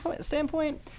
standpoint